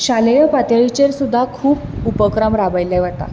शालेय पातळीचेर सुद्दां खूब उपक्रम राबयल्ले वतात